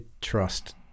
trust